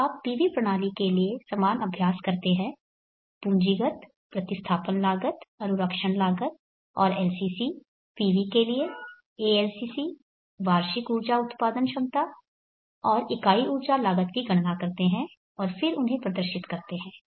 फिर आप PV प्रणाली के लिए समान अभ्यास करते हैं पूंजी प्रतिस्थापन लागत अनुरक्षण लागत और LCC PV के लिए ALCC वार्षिक ऊर्जा उत्पादन क्षमता और इकाई ऊर्जा लागत की गणना करते हैं और फिर उन्हें प्रदर्शित करते हैं